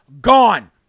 gone